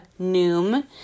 Noom